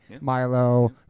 Milo